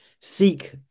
seek